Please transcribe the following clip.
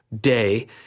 day